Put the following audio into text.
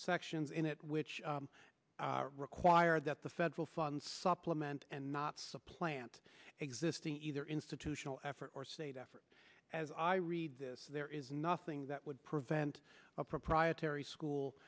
sections in it which require that the federal funds supplement and not supplant existing either institutional effort or state effort as i read this there is nothing that would prevent a proprietary school